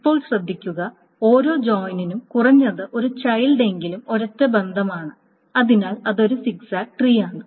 ഇപ്പോൾ ശ്രദ്ധിക്കുക ഓരോ ജോയിനിനും കുറഞ്ഞത് ഒരു ചൈൽഡ് എങ്കിലും ഒരൊറ്റ ബന്ധമാണ് അതിനാൽ അത് ഒരു സിഗ്സാഗ് ട്രീയാണ്